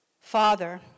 Father